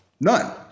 none